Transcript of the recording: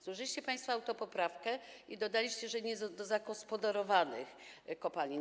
Złożyliście państwo autopoprawkę i dodaliście, że niezagospodarowanych kopalin.